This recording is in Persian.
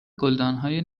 گلدانهای